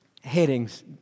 headings